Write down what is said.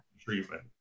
treatment